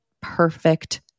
perfect